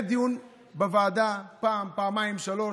היה דיון בוועדה פעם, פעמיים, שלוש.